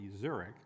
Zurich